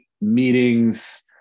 meetings